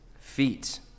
feet